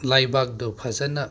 ꯂꯥꯏꯕꯥꯛꯇꯨ ꯐꯖꯅ